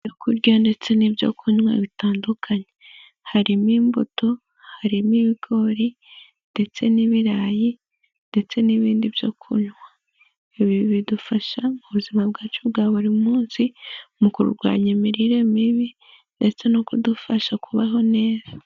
Ibyo kurya ndetse n'ibyokunywa bitandukanye, harimo imbuto, harimo ibigori ndetse n'ibirayi ndetse n'ibindi byo kunywa, bidufasha mu buzima bwacu bwa buri munsi, mu kurwanya imirire mibi ndetse no kudufasha kubaho neza.